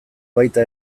baita